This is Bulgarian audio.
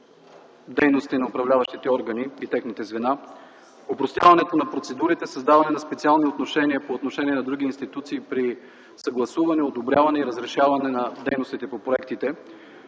дейности на управляващите органи и техните звена, опростяването на процедурите, създаването на специални отношения с други институции при съгласуване, одобряване и разрешаване на дейностите по проектите,